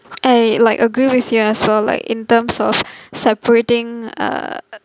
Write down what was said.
I like agree with you as well like in terms of separating uh